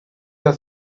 your